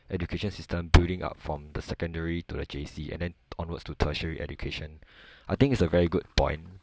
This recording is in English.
education system building up from the secondary to the J_C and then onwards to tertiary education I think it's a very good point